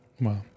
Wow